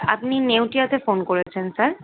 আপনি নেউটিয়াতে ফোন করেছেন স্যার